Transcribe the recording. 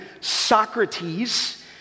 Socrates